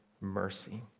mercy